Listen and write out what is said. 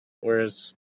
Whereas